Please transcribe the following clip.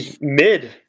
mid